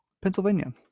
Pennsylvania